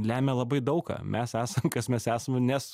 lemia labai daug ką mes esam kas mes esam nes